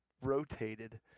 rotated